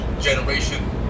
generation